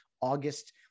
August